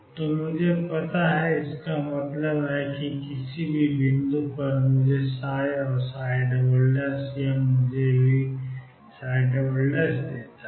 तो मुझे पता है इसका मतलब है कि किसी भी बिंदु पर मुझे पता है और यह मुझे भी देता है